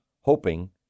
hoping